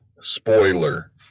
spoiler